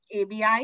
ABI